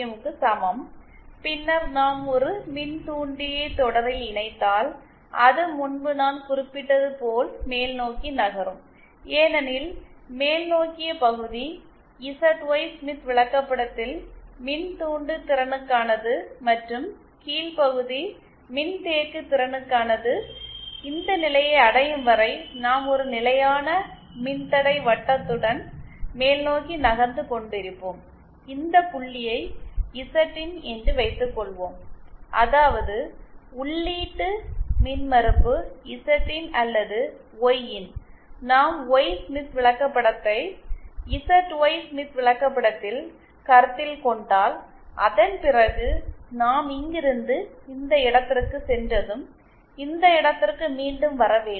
0 க்கு சமம் பின்னர் நாம் ஒரு மின்தூண்டியை தொடரில் இணைத்தால் அது முன்பு நான் குறிப்பிட்டது போல் மேல்நோக்கி நகரும் ஏனெனில் மேல்நோக்கிய பகுதி இசட்ஒய் ஸ்மித் விளக்கப்படத்தில் மின்தூண்டு திறனுக்கானது மற்றும் கீழ் பகுதி மின்தேக்கு திறனுக்கானது இந்த நிலையை அடையும் வரை நாம் ஒரு நிலையான மின்தடை வட்டத்துடன் மேல்நோக்கி நகர்ந்து கொண்டிருப்போம் இந்த புள்ளியை இசட்இன் என்று வைத்துக்கொள்வோம் அதாவது உள்ளீட்டு மின்மறுப்பு இசட்இன் அல்லது ஒய்இன் நாம் ஒய் ஸ்மித் விளக்கப்படத்ததை இசட்ஒய் ஸ்மித் விளக்கப்படத்தில் கருத்தில் கொண்டால்அதன்பிறகு நாம் இங்கிருந்து இந்த இடத்திற்குச் சென்றதும் இந்த இடத்திற்கு மீண்டும் வர வேண்டும்